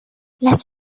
las